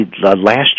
last